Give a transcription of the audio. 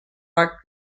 rock